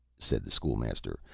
said the school-master,